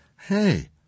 Hey